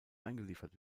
eingeliefert